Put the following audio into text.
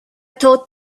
thought